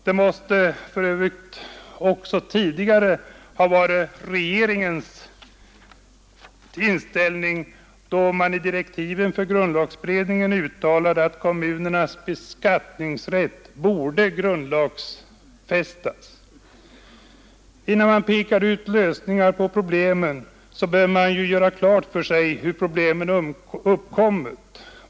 Detta måste för övrigt också tidigare ha varit regeringens inställning, då den i direktiven för grundlagberedningen uttalade att kommunernas beskattningsrätt borde grundlagfästas. Innan man pekar ut lösningar på problemen, bör man göra klart för sig hur problemen har uppkommit.